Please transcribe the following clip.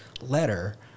letter